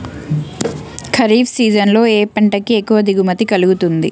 Kharif season లో ఏ పంట కి ఎక్కువ దిగుమతి కలుగుతుంది?